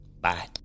Bye